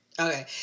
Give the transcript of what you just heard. Okay